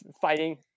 fighting